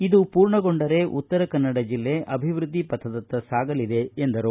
ಇದು ಪೂರ್ಣಗೊಂಡರೆ ಉತ್ತರ ಕನ್ನಡ ಜಿಲ್ಲೆ ಅಭಿವ್ಯದ್ದಿ ಪಥದತ್ತ ಸಾಗಲಿದೆ ಎಂದರು